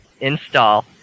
install